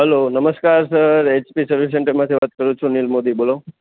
hello નમસ્કાર sir HP service સેન્ટરમાંથી વાત કરું છું નીર મોદી બોલો